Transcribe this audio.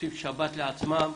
שעושים שבת לעצמם,